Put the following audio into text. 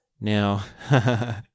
now